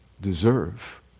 deserve